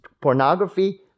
pornography